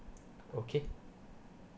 okay